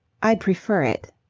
i'd prefer it.